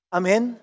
Amen